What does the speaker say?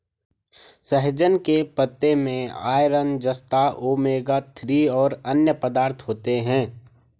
सहजन के पत्ते में आयरन, जस्ता, ओमेगा थ्री और अन्य पदार्थ होते है